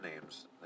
names